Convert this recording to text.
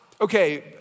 okay